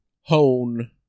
hone